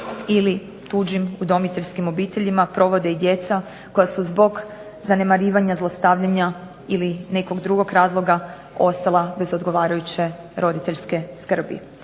ili tuđim udomiteljskim obiteljima provode i djeca koja su zbog zanemarivanja, zlostavljanja ili nekog drugog razloga ostala bez odgovarajuće roditeljske skrbi.